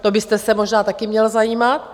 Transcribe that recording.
To byste se možná taky měl zajímat.